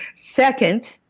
second,